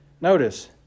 notice